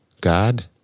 God